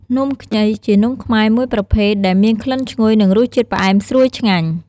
នំខ្ញីជានំខ្មែរមួយប្រភេទ ដែលមានក្លិនឈ្ងុយ និងរសជាតិផ្អែមស្រួយឆ្ងាញ់។